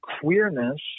queerness